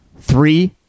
three